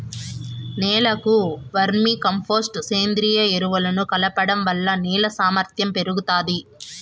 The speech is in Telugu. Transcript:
నేలకు వర్మీ కంపోస్టు, సేంద్రీయ ఎరువులను కలపడం వలన నేల సామర్ధ్యం పెరుగుతాది